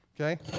okay